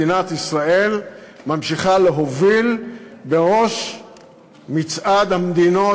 מדינת ישראל ממשיכה להוביל בראש מצעד המדינות